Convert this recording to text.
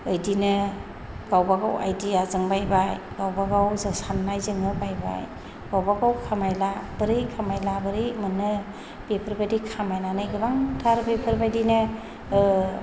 बिदिनो गावबागाव आइदियाजों बायबाय गावबागाव साननायजोंनो बायबाय गावबागाव बोरै खामायब्ला बोरै मोनो बेफोरबायदि खामायनानै गोबांथार बेफोरबायदिनो